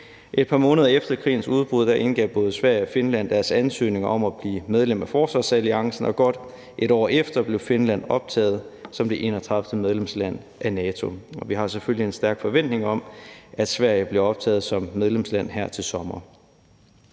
Et par måneder efter krigens udbrud indgav både Sverige og Finland deres ansøgninger om at blive medlem af forsvarsalliancen, og godt et år efter blev Finland optaget som det 31. medlemsland af NATO. Og vi har selvfølgelig en stærk forventning om, at Sverige bliver optaget som medlemsland her til sommer.